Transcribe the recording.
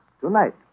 tonight